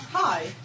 Hi